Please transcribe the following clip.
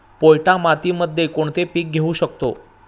पोयटा मातीमध्ये कोणते पीक घेऊ शकतो?